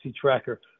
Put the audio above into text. Tracker